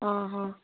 ଅଁ ହଁ